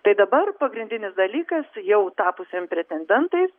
tai dabar pagrindinis dalykas jau tapusiam pretendentais